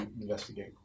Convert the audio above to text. investigate